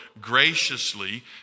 graciously